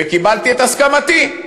וקיבלתי את הסכמתי.